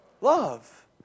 Love